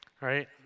Right